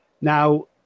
Now